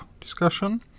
discussion